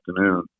afternoon